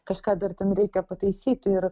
kažką dar ten reikia pataisyti ir